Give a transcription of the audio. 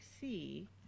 see